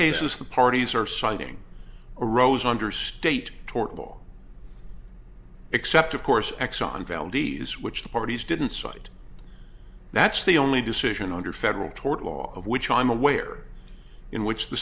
cases the parties are signing arose under state tort law except of course exxon valdez which the parties didn't cite that's the only decision under federal tort law of which i'm aware in which the